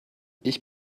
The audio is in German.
ich